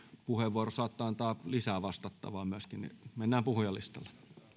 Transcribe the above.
puheenvuoro saattaa antaa lisää vastattavaa myöskin mennään puhujalistalle